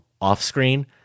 off-screen